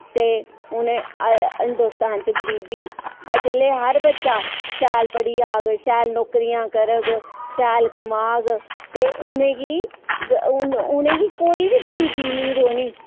ते हुन हिन्दोस्तान च गरीबी जिल्लै हर बच्चा शैल पढ़ी जाग शैल नौकरियां करग शैल कमाग ते उ'नेंगी उ'नेंगी कोई बी गरीबी नेईं रौह्नी